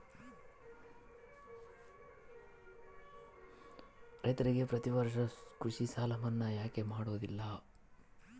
ರೈತರಿಗೆ ಪ್ರತಿ ವರ್ಷ ಕೃಷಿ ಸಾಲ ಮನ್ನಾ ಯಾಕೆ ಮಾಡೋದಿಲ್ಲ?